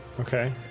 Okay